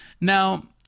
now